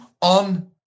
on